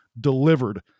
delivered –